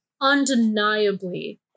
undeniably